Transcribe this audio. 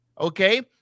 Okay